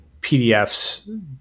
pdfs